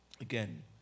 Again